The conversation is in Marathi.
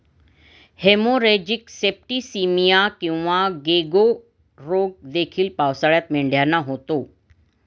हेमोरेजिक सेप्टिसीमिया किंवा गेको रोग देखील पावसाळ्यात मेंढ्यांना होतो